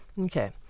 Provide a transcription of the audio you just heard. Okay